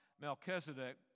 Melchizedek